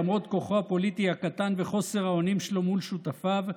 למרות כוחו הפוליטי הקטן וחוסר האונים שלו מול שותפיו,